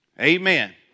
Amen